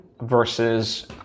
versus